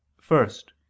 first